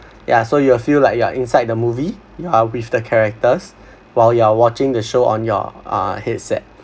yeah so you will feel like you are inside the movie you are with the characters while you're watching the show on your uh headset